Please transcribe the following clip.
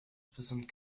soixante